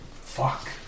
Fuck